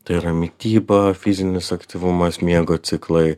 tai yra mityba fizinis aktyvumas miego ciklai